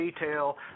detail